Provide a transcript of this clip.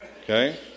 Okay